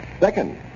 Second